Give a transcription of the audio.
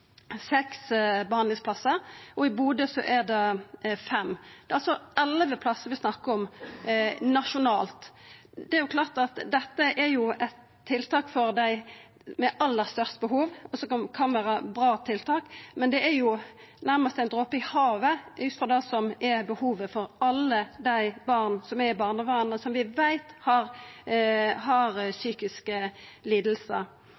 plassar nasjonalt. Det er klart at dette er eit tiltak for dei med aller størst behov. Det kan vere bra tiltak, men det er nærmast ein drope i havet ut frå det som er behovet til alle dei barna i barnevernet som vi veit har